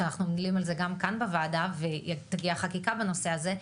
שאנחנו מלינים על זה גם כאן בוועדה ותגיע חקיקה בנושא הזה,